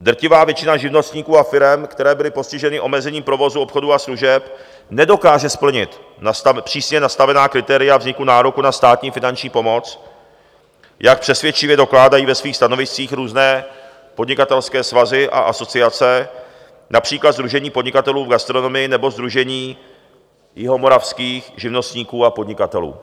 Drtivá většina živnostníků a firem, které byly postiženy omezením provozu obchodu a služeb, nedokáže splnit přísně nastavená kritéria vzniku nároku na státní finanční pomoc, jak přesvědčivě dokládají ve svých stanoviscích různé podnikatelské svazy a asociace, například Sdružení podnikatelů v gastronomii nebo Sdružení jihomoravských živnostníků a podnikatelů.